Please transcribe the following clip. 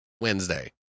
Wednesday